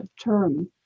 term